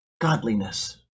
godliness